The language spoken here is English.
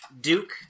duke